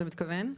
אתה מתכוון.